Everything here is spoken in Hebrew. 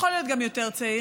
יכול להיות גם יותר צעיר,